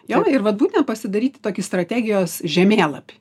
jo ir vat būtent pasidaryti tokį strategijos žemėlapį